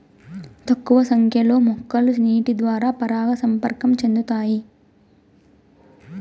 తక్కువ సంఖ్య లో మొక్కలు నీటి ద్వారా పరాగ సంపర్కం చెందుతాయి